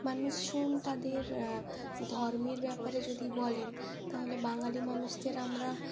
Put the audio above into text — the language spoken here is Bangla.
মানুষজন তাদের ধর্মের ব্যাপারে যদি বলেন তাহলে বাঙালি মানুষদের আমরা